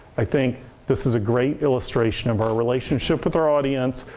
i think this is a great illustration of our relationship with our audience,